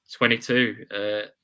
22